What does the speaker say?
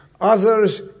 others